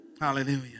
Hallelujah